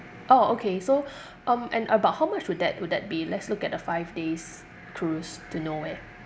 orh okay so um and about how much would that would that be let's look at the five days cruise to nowhere